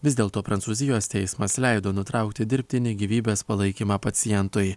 vis dėl to prancūzijos teismas leido nutraukti dirbtinį gyvybės palaikymą pacientui